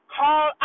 call